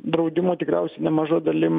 draudimo tikriausiai nemaža dalim